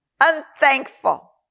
unthankful